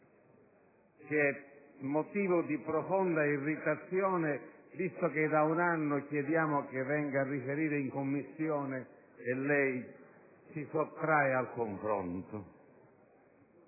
che è motivo di profonda irritazione, visto che da un anno chiediamo che venga a riferire in Commissione e invece si sottrae al confronto),